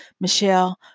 Michelle